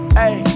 hey